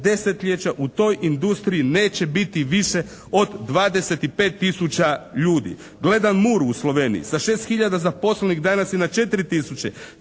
desetljeća u toj industriji neće biti više od 25 tisuća ljudi. Gledam MURA-u u Sloveniji. Sa 6 hiljada zaposlenih danas je na 4